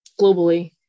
globally